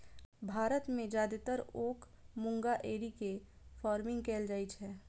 भारत मे जादेतर ओक मूंगा एरी के फार्मिंग कैल जाइ छै